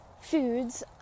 foods